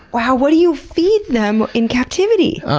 wow. what do you feed them in captivity?